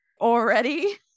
already